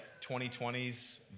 2020s